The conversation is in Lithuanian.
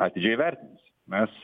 atidžiai įvertins mes